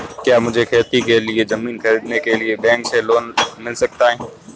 क्या मुझे खेती के लिए ज़मीन खरीदने के लिए बैंक से लोन मिल सकता है?